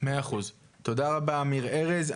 מאה אחוז, תודה רבה אמיר ארז.